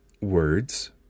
words